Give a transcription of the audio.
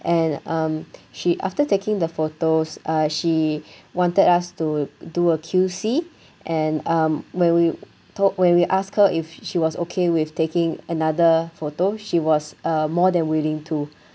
and um she after taking the photos uh she wanted us to do a Q_C and um when we told when we asked her if she was okay with taking another photo she was uh more than willing to